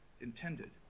intended